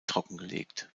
trockengelegt